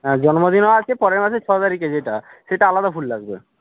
হ্যাঁ জন্মদিনও আছে পরের মাসের ছয় তারিখ যেটা সেটা আলাদা ফুল লাগবে